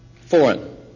foreign